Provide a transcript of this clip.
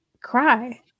cry